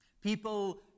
People